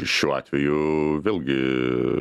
šiuo atveju vėlgi